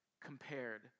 compared